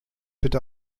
bitte